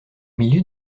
milieu